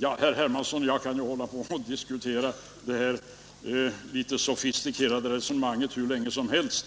Herr Hermansson och jag kan ju fortsätta det här litet sofistikerade resonemanget hur länge som helst.